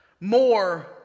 more